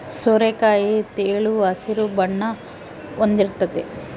ಸೋರೆಕಾಯಿ ತೆಳು ಹಸಿರು ಬಣ್ಣ ಹೊಂದಿರ್ತತೆ